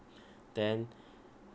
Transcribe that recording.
then